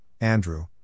Andrew